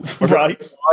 Right